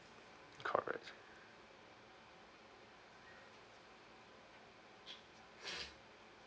correct